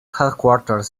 headquarters